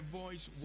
voice